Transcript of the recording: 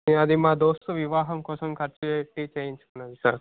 నే అది మా దోస్త్ వివాహం కోసం ఖర్చు పెట్టి చేయించుకున్నాను సార్